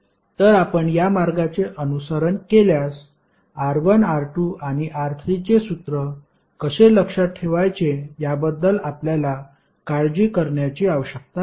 तर आपण या मार्गाचे अनुसरण केल्यास R1 R2 आणि R3 चे सूत्र कसे लक्षात ठेवायचे याबद्दल आपल्याला काळजी करण्याची आवश्यकता नाही